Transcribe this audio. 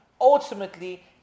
ultimately